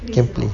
tom payne